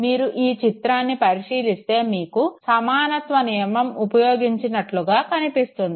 మీరు ఈ చిత్రాన్ని పరిశీలిస్తే మీకు సమానత్వ నియమం ఉపయోగించినట్టు కనిపిస్తుంది